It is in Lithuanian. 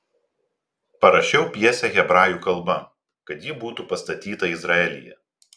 parašiau pjesę hebrajų kalba kad ji būtų pastatyta izraelyje